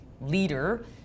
leader